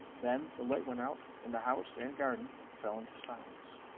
then the light went out and the house and garden fell into silence.